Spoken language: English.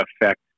affect